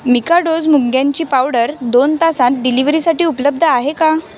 मिकाडोज मुंग्यांची पावडर दोन तासात डिलिवरीसाठी उपलब्ध आहे का